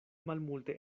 malmulte